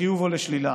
לחיוב או לשלילה,